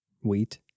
wheat